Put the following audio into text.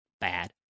bad